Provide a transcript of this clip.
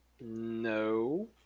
No